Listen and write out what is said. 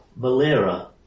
Malera